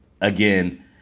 Again